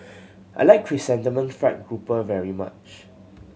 I like Chrysanthemum Fried Grouper very much